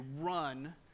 run